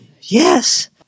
Yes